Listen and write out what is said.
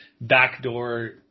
backdoor